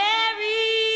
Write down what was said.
Mary